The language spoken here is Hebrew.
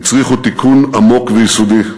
הצריכו תיקון עמוק ויסודי.